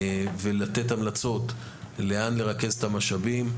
ולתת המלצות לאן לרכז את המשאבים,